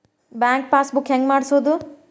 Bank pass book ಹೆಂಗ್ ಮಾಡ್ಸೋದು?